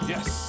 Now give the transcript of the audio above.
Yes